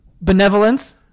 Benevolence